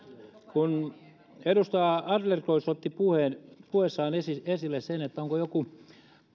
kun edustaja adlercreutz otti puheessaan esille esille sen että onko joku